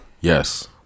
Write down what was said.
Yes